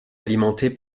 alimenté